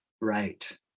right